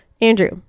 Andrew